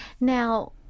Now